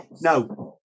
no